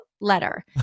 letter